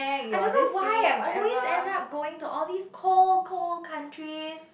I don't know why always end up going to all these cold cold country